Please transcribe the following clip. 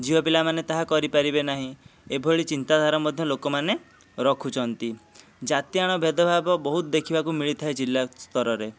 ଝିଅ ପିଲାମାନେ ତାହା କରିପାରିବେ ନାହିଁ ଏଭଳି ଚିନ୍ତାଧାରା ମଧ୍ୟ ଲୋକମାନେ ରଖୁଛନ୍ତି ଜାତିଆଣ ଭେଦ ଭାବ ବହୁତ ଦେଖିବାକୁ ମିଳିଥାଏ ଜିଲ୍ଲା ସ୍ଥରରେ